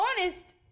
honest